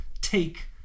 take